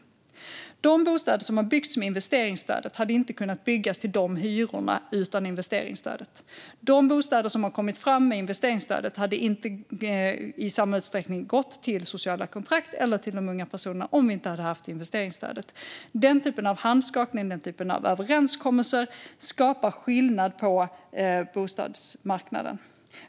De bostäder som har byggts med investeringsstödet hade inte kunnat byggas med sådana hyror utan detta stöd. De bostäder som har kommit fram hade inte i samma utsträckning gått till sociala kontrakt eller till unga personer om vi inte hade haft investeringsstödet. Den typen av handskakning och överenskommelser gör skillnad på bostadsmarknaden.